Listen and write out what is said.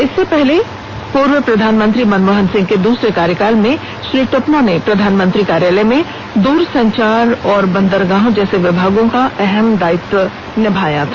इससे पूर्व प्रधानमंत्री मनमोहन सिंह के दूसरे कार्यकाल में श्री टोपनो ने प्रधानमंत्री कार्यालय में दूरसंचार व बंदरगाहों जैसे विभागों का अहम दायित्व निभाया था